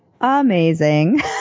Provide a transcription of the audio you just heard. amazing